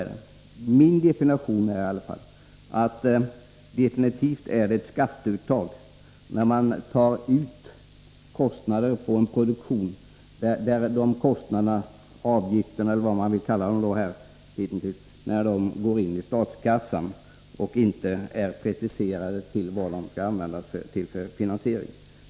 Enligt min definition är det absolut fråga om ett skatteuttag när man tar ut avgifter på en produktion och de går in i statskassan utan att man preciserar till vad de skall användas.